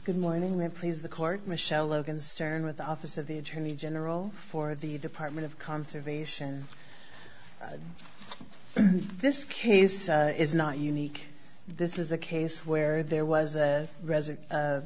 good morning me please the court michele logan stern with the office of the attorney general for the department of conservation in this case is not unique this is a case where there was a resident